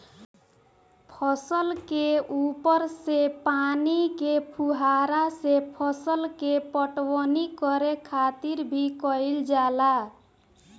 फसल के ऊपर से पानी के फुहारा से फसल के पटवनी करे खातिर भी कईल जाला